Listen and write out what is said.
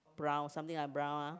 brown something like brown ah